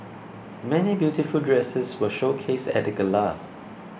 many beautiful dresses were showcased at gala